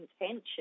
intention